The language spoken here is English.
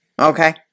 Okay